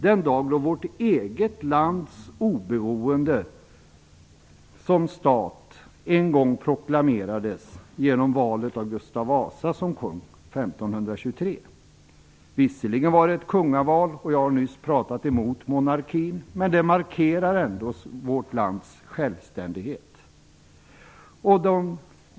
Den dag då vårt eget lands oberoende som stat en gång proklamerades genom valet av Gustav Vasa som kung 1523. Visserligen var det ett kungaval, och jag har just talat emot monarkin, men det markerar ändå vårt lands självständighet.